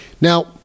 Now